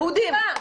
יש לה כתובה.